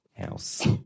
house